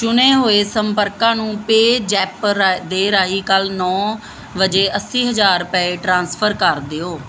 ਚੁਣੇ ਹੋਏ ਸੰਪਰਕਾਂ ਨੂੰ ਪੇ ਜੈਪ ਰਾ ਦੇ ਰਾਹੀਂ ਕੱਲ ਨੌਂ ਵਜੇ ਅੱਸੀ ਹਜ਼ਾਰ ਰੁਪਏ ਟ੍ਰਾਂਸਫਰ ਕਰ ਦਿਓ